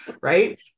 Right